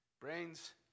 Brains